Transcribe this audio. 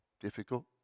difficult